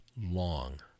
long